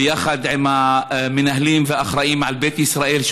ביחד עם המנהלים והאחראים על בית ישראל,